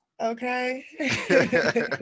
Okay